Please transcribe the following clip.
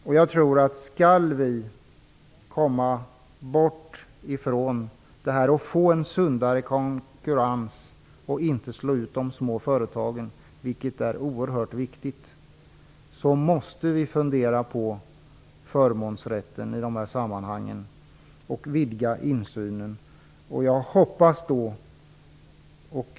För att vi skall få en sundare konkurrens och inte slå ut de små företagen - vilket är oerhört viktigt - måste vi fundera på förmånsrätten i dessa sammanhang och vidga insynen.